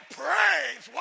praise